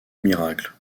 miracle